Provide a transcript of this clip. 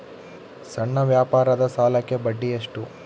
ಸಣ್ಣ ವ್ಯಾಪಾರದ ಸಾಲಕ್ಕೆ ಬಡ್ಡಿ ಎಷ್ಟು?